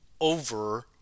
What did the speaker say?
Over